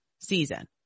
season